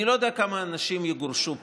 אני לא יודע כמה אנשים יגורשו פה,